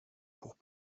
pour